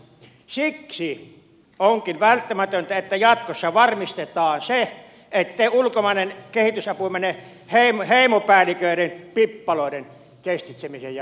siksi onkin välttämätöntä että jatkossa varmistetaan se ettei ulkomainen kehitysapu mene heimopäälliköiden pippaloiden kestitsemiseen ja hoitoon